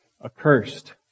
accursed